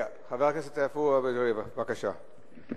חבר הכנסת עפו אגבאריה, בבקשה.